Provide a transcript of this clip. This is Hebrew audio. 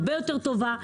הרבה יותר טובה,